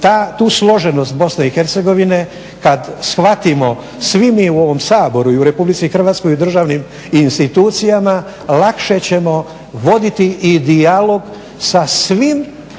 tu složenost BiH kad shvatimo svi mi u ovom Saboru i u Republici Hrvatskoj i u državnim institucijama, lakše ćemo voditi i dijalog sa svim